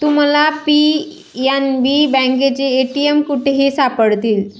तुम्हाला पी.एन.बी बँकेचे ए.टी.एम कुठेही सापडतील